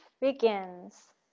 begins